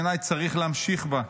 בעיניי צריך להמשיך בה,